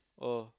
oh